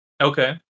Okay